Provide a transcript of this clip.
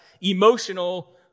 emotional